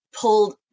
pulled